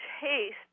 taste